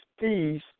fees